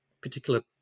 particular